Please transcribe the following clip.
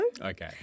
Okay